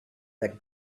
that